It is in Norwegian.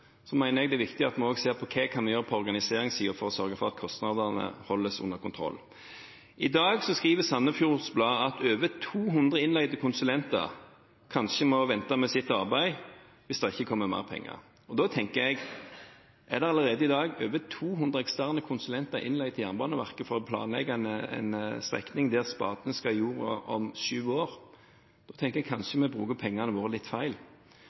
jeg det er viktig at vi også ser på hva vi kan gjøre på organiseringssiden for å sørge for at kostnadene holdes under kontroll. I dag skriver Sandefjords Blad at over 200 innleide konsulenter kanskje må vente med sitt arbeid hvis det ikke kommer mer penger. Hvis det allerede i dag er over 200 eksterne konsulenter innleid til Jernbaneverket for å planlegge en strekning der spaden skal i jorda om sju år, tenker jeg at vi kanskje bruker pengene våre litt feil.